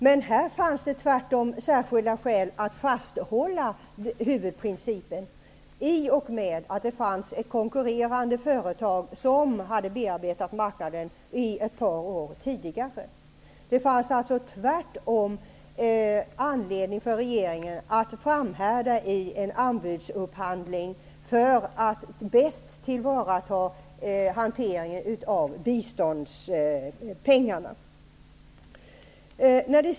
Men här fanns det särskilda skäl att stå fast vid huvudprincipen eftersom det fanns ett konkurrerande företag som hade bearbetat marknaden under ett par år. Det fanns alltså anledning för regeringen att framhärda i en anbudsupphandling för att bäst tillvarata hanteringen av biståndspengarna.